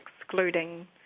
excluding